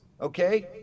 okay